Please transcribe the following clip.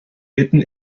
bitten